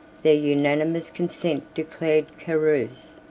their unanimous consent declared carus,